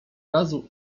razu